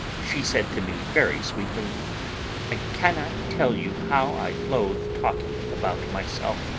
she said to me very sweetly i cannot tell you how i loathe talking about myself